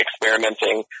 experimenting